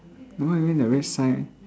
what you mean the red sign